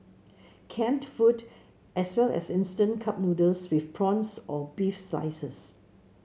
canned food as well as instant cup noodles with prawns or beef slices